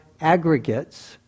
aggregates